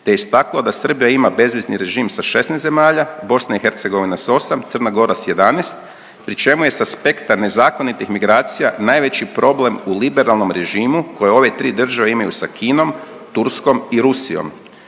te je istakla da Srbija ima bezvizni režim sa 16 zemalja, BiH s 8, Crna Gora s 11 pri čemu je s aspekta nezakonitih migracija najveći problem u liberalnom režimu koje ove 3 države imaju sa Kinom, Turskom i Rusijom.